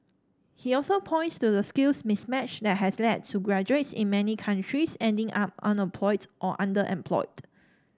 he also points to the skills mismatch that has led to graduates in many countries ending up unemployed or underemployed